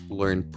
learn